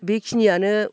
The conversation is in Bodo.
बेखिनियानो